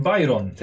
Byron